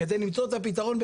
כדי למצוא את הפתרון,